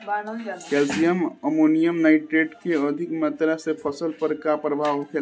Calcium ammonium nitrate के अधिक मात्रा से फसल पर का प्रभाव होखेला?